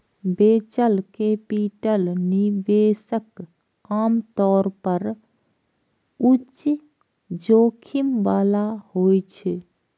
venture capital निवेश आम तौर पर उच्च जोखिम बला होइ छै